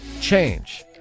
change